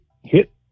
hit